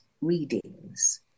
readings